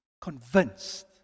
Convinced